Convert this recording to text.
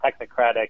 technocratic